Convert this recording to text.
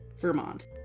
Vermont